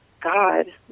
God